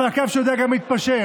אבל הקו שיודע גם להתפשר,